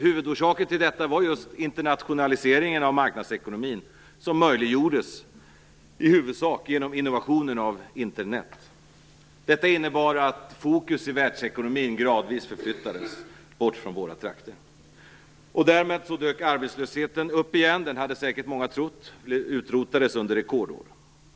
Huvudorsaken till detta var den internationalisering av marknadsekonomin som i huvudsak möjliggjordes genom innovationen av Internet. Detta innebar att fokus i världsekonomin gradvis förflyttades bort från våra trakter. Därmed dök arbetslösheten upp igen. Många hade säkert trott att den utrotades under rekordåren.